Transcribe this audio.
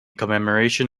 commemoration